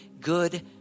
good